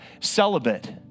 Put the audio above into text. celibate